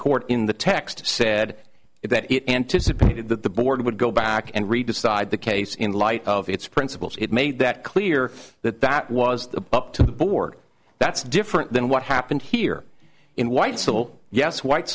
court in the text said that it anticipated that the board would go back and read decide the case in light of its principles it made that clear that that was the up to the board that's different than what happened here in white civil yes white